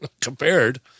compared